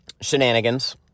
shenanigans